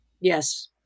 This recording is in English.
Yes